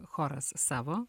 choras savo